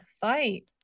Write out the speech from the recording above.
fight